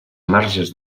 marges